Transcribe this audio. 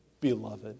Beloved